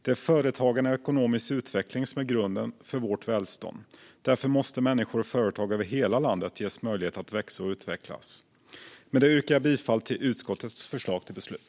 Det är företagande och ekonomisk utveckling som är grunden för vårt välstånd. Därför måste människor och företag över hela landet ges möjlighet att växa och utvecklas. Med det yrkar jag bifall till utskottets förslag till beslut.